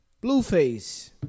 Blueface